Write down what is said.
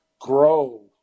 grow